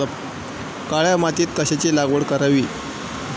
काळ्या मातीत कशाची लागवड करावी?